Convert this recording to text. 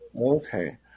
Okay